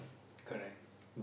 correct